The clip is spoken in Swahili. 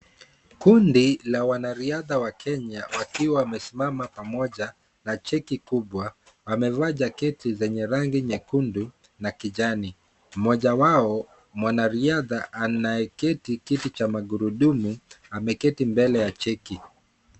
Kundi la wanariadha wa Kenya wakiwa wamesimama pamoja na cheki kubwa wamevaa jaketi zenye rangi nyekundu na kijani. Mmoja wao mwanariadha anayeketi kiti cha magurudumu, ameketi mbele ya cheki.